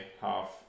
half